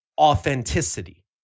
authenticity